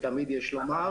כתמיד יש לומר.